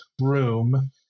room